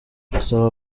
asaba